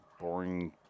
boring